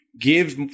give